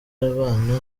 abana